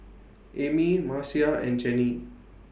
Ami Marcia and Jennie